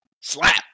Slap